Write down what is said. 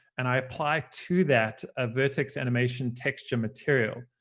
and i apply to that a vertex animation texture material.